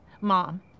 mom